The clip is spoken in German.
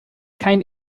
kein